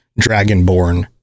dragonborn